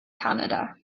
canada